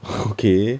okay